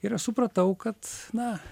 ir aš supratau kad na